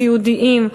סיעודיים,